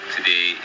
Today